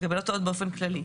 בקבלת הודעות באופן כללי.